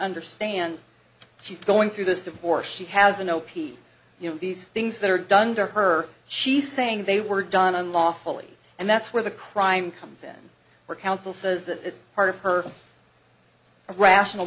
understand she's going through this divorce she has no p you know these things that are done to her she saying they were done unlawfully and that's where the crime comes in where counsel says that it's part of her irrational